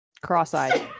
Cross-eyed